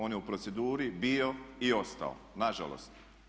On je u proceduri bio i ostao, na žalost.